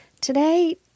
Today